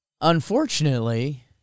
Unfortunately